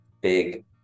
big